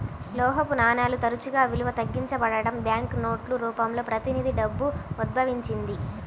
లోహపు నాణేలు తరచుగా విలువ తగ్గించబడటం, బ్యాంకు నోట్ల రూపంలో ప్రతినిధి డబ్బు ఉద్భవించింది